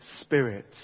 Spirit